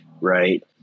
right